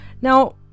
now